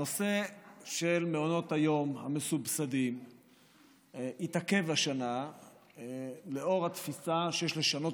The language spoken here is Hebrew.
הנושא של מעונות היום המסובסדים התעכב השנה לאור התפיסה שיש לשנות